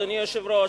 אדוני היושב-ראש,